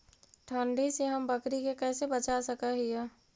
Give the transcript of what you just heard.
ठंडी से हम बकरी के कैसे बचा सक हिय?